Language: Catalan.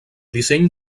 disseny